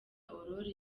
aurore